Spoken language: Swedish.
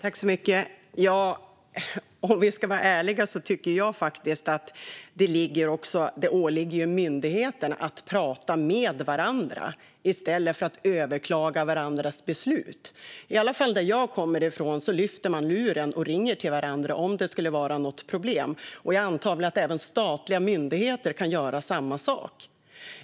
Herr talman! Ska vi vara ärliga tycker jag faktiskt att det också åligger myndigheterna att prata med varandra i stället för att överklaga varandras beslut. I alla fall där jag kommer ifrån lyfter man luren och ringer till varandra om det skulle vara något problem. Jag antar att även statliga myndigheter kan göra samma sak.